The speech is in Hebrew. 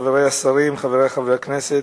חברי השרים, חברי חברי הכנסת,